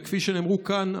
וכפי שנאמרו כאן,